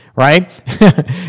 Right